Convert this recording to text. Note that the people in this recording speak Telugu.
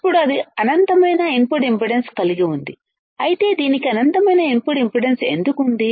ఇప్పుడు అది అనంతమైన ఇన్పుట్ ఇంపిడెన్స్ కలిగి ఉంది అయితే దీనికి అనంతమైన ఇన్పుట్ ఇంపిడెన్స్ఎందుకు ఉంది